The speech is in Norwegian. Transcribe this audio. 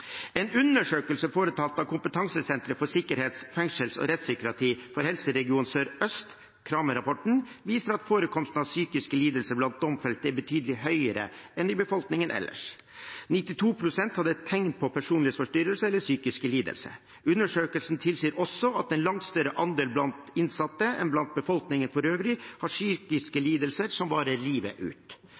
En undersøkelse foretatt av Kompetansesenter for sikkerhets-, fengsels- og rettspsykiatri for Helseregion Sør-Øst, Cramer-rapporten, viser at forekomsten av psykiske lidelser blant domfelte er betydelig høyere enn i befolkningen ellers. 92 pst. hadde tegn på personlighetsforstyrrelser eller psykiske lidelser. Undersøkelsen tilsier også at en langt større andel blant innsatte enn blant befolkningen for øvrig har psykiske lidelser som varer livet ut.